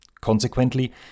Consequently